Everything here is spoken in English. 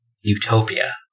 Utopia